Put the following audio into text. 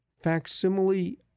facsimile